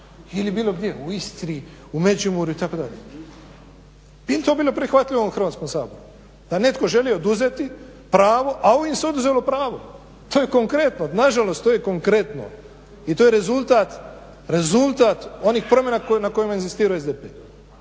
ili bilo gdje u Istri, u Međimurju itd. Bi li to bilo prihvatljivo ovom Hrvatskom saboru da netko želi oduzeti pravo, a ovim se oduzelo pravo. To je konkretno, na žalost to je konkretno i to je rezultat onih promjena na kojima je inzistirao SDP.